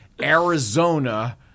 Arizona